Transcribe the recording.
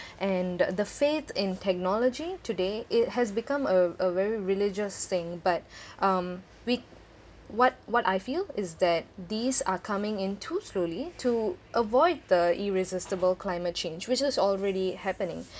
and the the faith in technology today it has become a a very religious thing but um we what what I feel is that these are coming in too slowly to avoid the irresistible climate change which is already happening